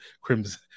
crimson